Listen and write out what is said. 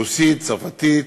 רוסית, צרפתית,